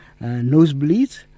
nosebleeds